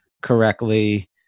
correctly